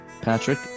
Patrick